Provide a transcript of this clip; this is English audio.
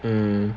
mm